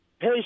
hey